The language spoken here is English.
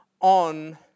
on